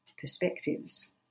perspectives